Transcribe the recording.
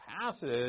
passage